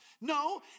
No